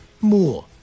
more